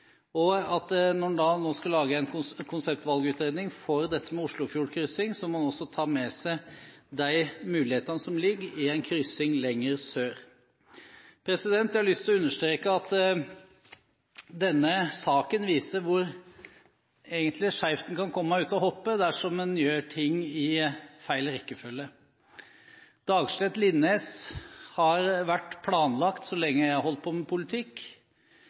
og at når en nå skal lage en konseptvalgutredning for dette med Oslofjord-kryssing, må en også ta med seg de mulighetene som ligger i en kryssing lenger sør. Jeg har lyst til å understreke at denne saken egentlig viser hvor skjevt en kan komme ut av hoppet dersom en gjør ting i feil rekkefølge. Dagslett–Linnes har vært planlagt så lenge jeg har holdt på med politikk, og det er ganske lenge. Det har vært utsettelser, det har vært krav om